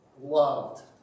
loved